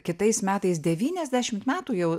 kitais metais devyniasdešimt metų jau